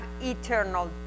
eternal